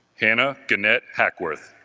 hannah gannett hackworth,